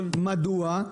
מדוע?